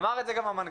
אמר את זה גם המנכ"ל.